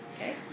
Okay